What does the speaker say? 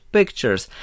Pictures